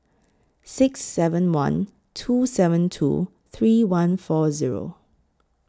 six seven one two seven two three one four Zero